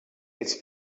its